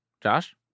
Josh